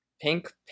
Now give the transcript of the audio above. pink